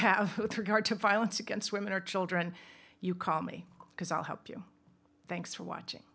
regard to violence against women or children you call me because i'll help you thanks for watching